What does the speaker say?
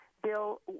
bill